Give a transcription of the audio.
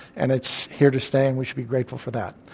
and it's here to stay, and we should be grateful for that.